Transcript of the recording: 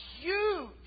huge